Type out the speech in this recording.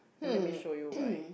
and let me show you why